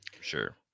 Sure